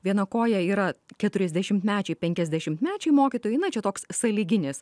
viena koja yra keturiasdešimtmečiai penkiasdešimtmečiai mokytojai na čia toks sąlyginis